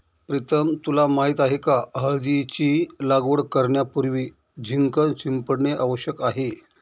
प्रीतम तुला माहित आहे का हळदीची लागवड करण्यापूर्वी झिंक शिंपडणे आवश्यक आहे